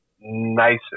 nicer